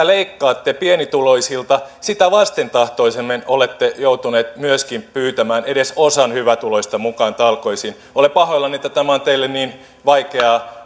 leikkaatte pienituloisilta sitä vastentahtoisemmin olette joutuneet myöskin pyytämään edes osan hyvätuloisista mukaan talkoisiin olen pahoillani että tämä on teille niin vaikeaa